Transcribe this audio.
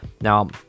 Now